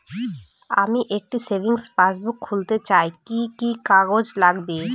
আমি একটি savings passbook খুলতে চাই কি কি কাগজ লাগবে?